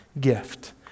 gift